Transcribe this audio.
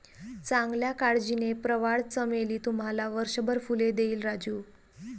चांगल्या काळजीने, प्रवाळ चमेली तुम्हाला वर्षभर फुले देईल राजू